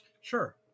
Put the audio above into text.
Sure